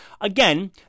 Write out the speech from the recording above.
again